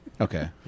Okay